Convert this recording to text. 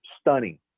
stunning